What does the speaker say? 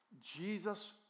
Jesus